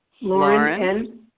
Lauren